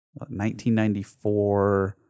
1994